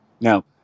Now